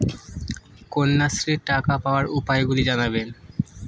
কন্যাশ্রীর টাকা পাওয়ার উপায়গুলি জানাবেন?